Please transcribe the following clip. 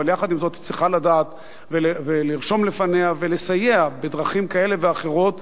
אבל יחד עם זאת היא צריכה לדעת ולרשום לפניה ולסייע בדרכים כאלה ואחרות,